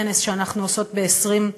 להזמין אתכם לכנס שאנחנו מקיימות ב-20 בחודש